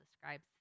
describes